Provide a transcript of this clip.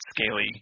Scaly